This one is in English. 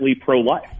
pro-life